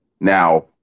Now